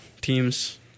teams